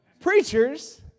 preachers